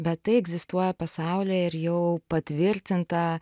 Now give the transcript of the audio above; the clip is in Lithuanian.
bet tai egzistuoja pasaulyje ir jau patvirtinta